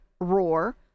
roar